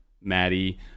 maddie